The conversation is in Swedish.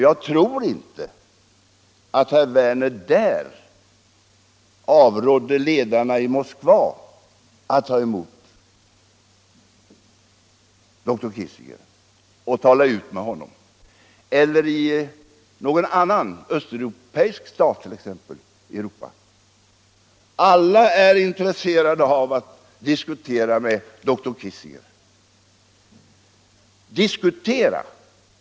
Jag tror inte att herr Werner då avrådde ledarna i Moskva från att ta emot dr Kissinger och tala ut med honom. Inte heller tror jag att han har avrått någon annan Östeuropeisk stat från att ta emot honom. Alla är intresserade av att diskutera med dr Kissinger.